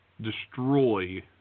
destroy